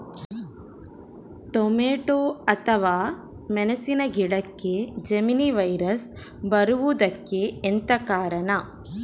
Tomato ಅಥವಾ ಮೆಣಸಿನ ಗಿಡಕ್ಕೆ ಜೆಮಿನಿ ವೈರಸ್ ಬರುವುದಕ್ಕೆ ಎಂತ ಕಾರಣ?